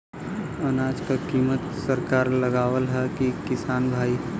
अनाज क कीमत सरकार लगावत हैं कि किसान भाई?